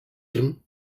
him